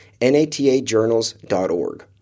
natajournals.org